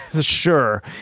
Sure